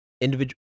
individual